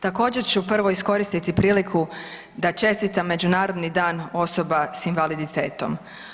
Također ću prvo iskoristiti priliku da čestitam Međunarodni dan osoba s invaliditetom.